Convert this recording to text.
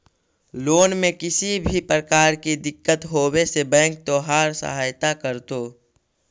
loan में किसी भी प्रकार की दिक्कत होवे से बैंक तोहार सहायता करतो